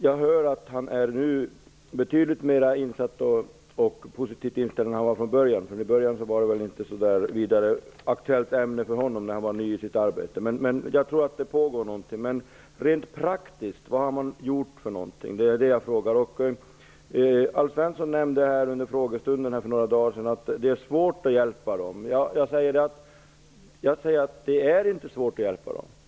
Jag hör att Alf Svensson nu är betydligt mer insatt och positivare inställd än i början. Det här var inte så där vidare aktuellt ämne för honom när han var ny i sitt arbete. Nu tror jag att någonting är på gång. Men vad har man gjort rent praktiskt? Alf Svensson nämnde vid en frågestund för några dagar sedan att det är svårt att hjälpa tibetaner. Jag säger att det inte är svårt att hjälpa dem.